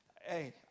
hey